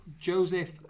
Joseph